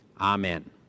Amen